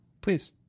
please